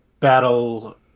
battle